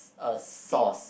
uh sauce